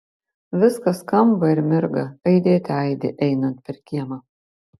viskas skamba ir mirga aidėte aidi einant per kiemą